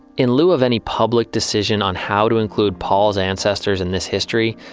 in lieu of any public decision on how to include paul's ancestors in this history,